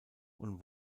und